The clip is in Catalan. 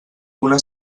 una